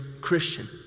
Christian